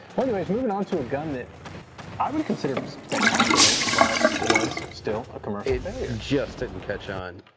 anyways moving on to a gun that i would consider spectacular but was still a commercial, a failure just didn't catch on.